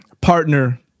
partner